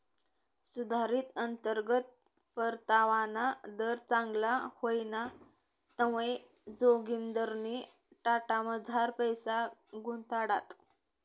सुधारित अंतर्गत परतावाना दर चांगला व्हयना तवंय जोगिंदरनी टाटामझार पैसा गुताडात